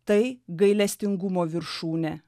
tai gailestingumo viršūnė